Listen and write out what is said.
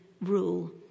rule